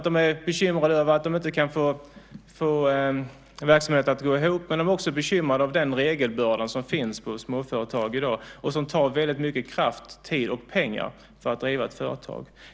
De är bekymrade över att de inte ska kunna få verksamheten att gå ihop, men de är också bekymrade över den regelbörda som finns på småföretag i dag och som tar väldigt mycket kraft, tid och pengar.